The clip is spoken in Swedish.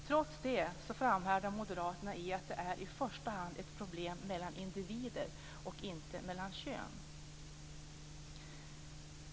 Trots det framhärdar Moderaterna i att det i första hand är ett problem mellan individer och inte mellan kön.